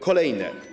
Kolejne.